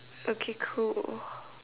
okay cool